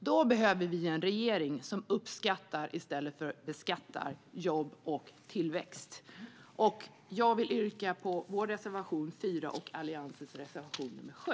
Då behöver vi en regering som uppskattar i stället för beskattar jobb och tillväxt. Jag vill yrka bifall till Moderaternas reservation 4 och Alliansens reservation 7.